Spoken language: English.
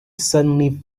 suddenly